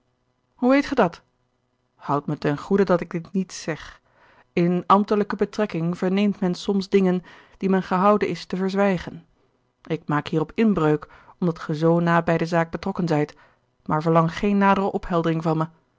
hoe weet ge dat houd me ten goede dat ik dit niet zeg in ambtelijke betrekking verneemt men soms dingen die men gehouden is te verzwijgen ik maak hierop inbreuk omdat ge zoo na bij de zaak betrokken zijt maar verlang geen nadere opheldering van me